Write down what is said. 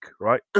right